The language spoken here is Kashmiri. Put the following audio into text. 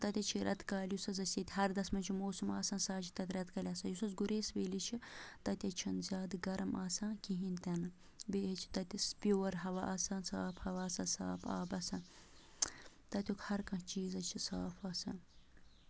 تَتہِ حظ چھِ رٮ۪تہٕ کالہِ یُس حظ اَسہِ ییٚتہِ ہَردَس منٛز چھُ موسم آسان سُہ حظ چھِ تَتہِ رٮ۪تہٕ کالہِ آسان یُس حظ گُریس ویلی چھِ تَتہِ حظ چھُنہٕ زیادٕ گرم آسان کِہیٖنۍ تہِ نہٕ بیٚیہِ حظ چھِ تَتِس پیور ہوا آسان صاف ہوا آسان صاف آب آسان تَتیُک ہر کانٛہہ چیٖز حظ چھِ صاف آسان